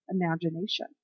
imagination